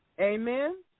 Amen